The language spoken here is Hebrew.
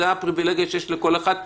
זאת הפריבילגיה שיש לכל אחת.